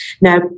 now